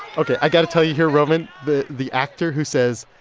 okay. i got to tell you here, roman, the the actor who says,